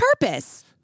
purpose